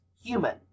human